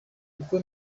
kuko